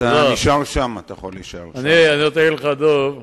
אנחנו יכולים לייצר הסדרים מתקדמים